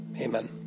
Amen